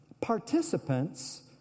Participants